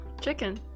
Chicken